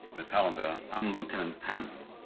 miss hollander, i'm lieutenant panzer